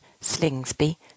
Slingsby